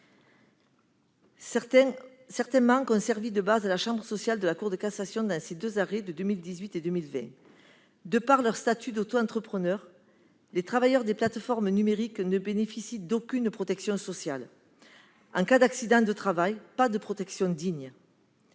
Certains manques ont servi de base à la chambre sociale de la Cour de cassation dans les deux arrêts que je viens de citer. Ainsi, du fait de leur statut d'autoentrepreneur, les travailleurs des plateformes numériques ne bénéficient d'aucune protection sociale ; en cas d'accident du travail, pas de protection digne.